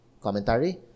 commentary